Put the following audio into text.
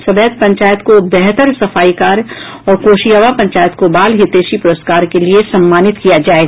सब्बैत पंचायत को बेहतर सफाई कार्य और कोशियावां पंचायत को बाल हितैषी पुरस्कार के लिए सम्मानित किया जाएगा